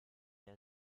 der